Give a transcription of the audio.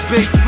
Big